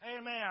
Amen